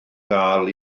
gael